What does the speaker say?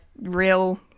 real